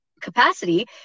capacity